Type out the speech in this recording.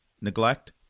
neglect